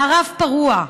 מערב פרוע.